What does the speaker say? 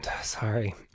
Sorry